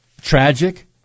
tragic